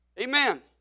Amen